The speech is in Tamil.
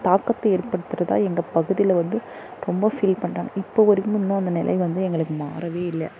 தாக்கத்தை ஏற்படுத்துறதாக எங்கள் பகுதியில் வந்து ரொம்ப ஃபீல் பண்ணுறாங்க இப்போ வரைக்கும் இன்னும் அந்த நிலை வந்து எங்களுக்கு மாறவே இல்லை